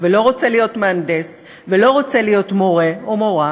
ולא רוצה להיות מהנדס ולא רוצה להיות מורֶה או מורָה